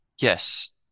yes